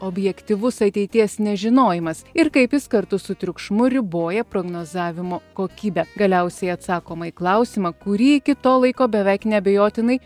objektyvus ateities nežinojimas ir kaip jis kartu su triukšmu riboja prognozavimo kokybę galiausiai atsakoma į klausimą kurį iki to laiko beveik neabejotinai